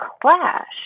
clash